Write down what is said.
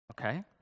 Okay